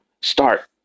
start